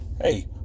Hey